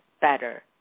better